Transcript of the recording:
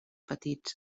petits